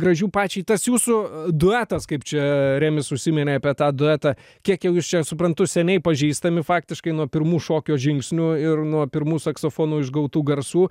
gražių pačiai tas jūsų duetas kaip čia remis užsiminė apie tą duetą kiek jau jūs čia suprantu seniai pažįstami faktiškai nuo pirmų šokio žingsnių ir nuo pirmų saksofonu išgautų garsų